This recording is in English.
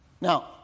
Now